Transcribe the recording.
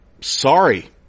sorry